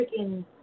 freaking